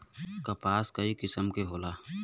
कपास क कई किसिम क होला